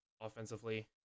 offensively